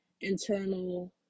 internal